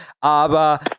Aber